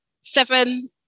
seven